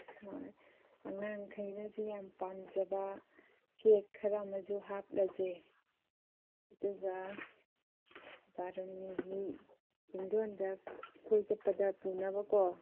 ꯍꯣꯏ ꯑꯉꯥꯡꯈꯩꯅꯁꯨ ꯌꯥꯝ ꯄꯥꯝꯖꯕ ꯀꯦꯛ ꯈꯔ ꯑꯃꯁꯨ ꯍꯥꯞꯂꯁꯦ ꯑꯗꯨꯒ ꯕꯥꯔꯨꯅꯤ ꯆꯤꯡꯗꯣꯟꯗ ꯀꯣꯏ ꯆꯠꯄꯗ ꯄꯨꯅꯕꯀꯣ